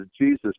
Jesus